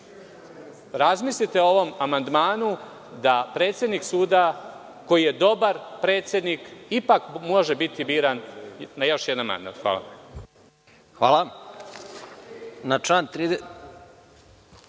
razmislite o ovom amandmanu da predsednik suda, koji je dobar predsednik, ipak može biti biran na još jedan mandat. Hvala. **Žarko